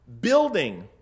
building